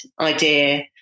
idea